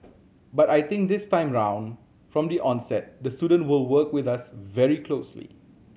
but I think this time around from the onset the student will work with us very closely